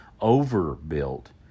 overbuilt